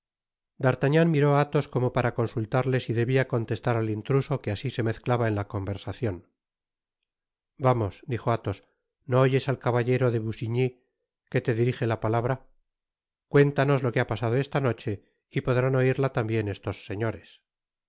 d'artagnan miró á athos como para consultarle si debia contestar al intruso que asi se mezclaba en la conversacion vamos dijo athos no oyes al caballero de busiñy que te dirijo la palabra cuéntanos lo que ha pasado esta noche y podrán oiría tambien estos señores